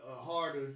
harder